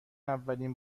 ولین